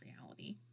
reality